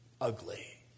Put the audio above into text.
ugly